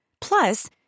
Plus